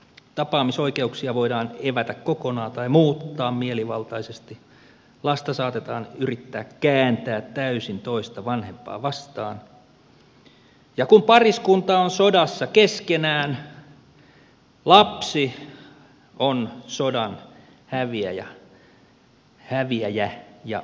tapaamisoikeuksia voidaan evätä kokonaan tai muuttaa mielivaltaisesti lasta saatetaan yrittää kääntää täysin toista vanhempaa vastaan ja kun pariskunta on sodassa keskenään lapsi on sodan häviäjä ja uhri